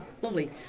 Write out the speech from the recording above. lovely